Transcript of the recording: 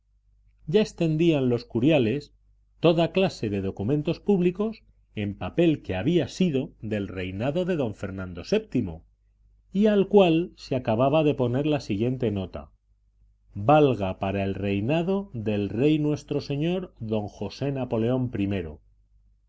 ya extendían los curiales toda clase de documentos públicos en papel que había sido del reinado de don fernando vii y al cual se acababa de poner la siguiente nota valga para el reinado del rey nuestro señor d josé napoleón